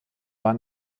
war